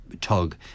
tug